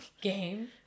game